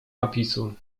napisu